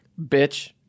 Bitch